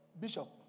Bishop